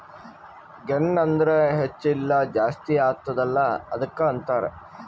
ಗೆನ್ ಅಂದುರ್ ಹೆಚ್ಚ ಇಲ್ಲ ಜಾಸ್ತಿ ಆತ್ತುದ ಅಲ್ಲಾ ಅದ್ದುಕ ಅಂತಾರ್